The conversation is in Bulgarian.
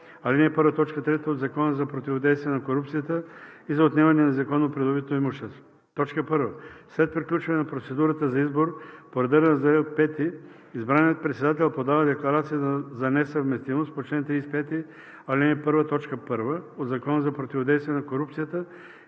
ал. 1, т. 3 от Закона за противодействие на корупцията и за отнемане на незаконно придобитото имущество. 1. След приключване на процедурата за избор по реда на Раздел V избраният председател подава декларация за несъвместимост по чл. 35, ал. 1, т. 1 от Закона за противодействие на корупцията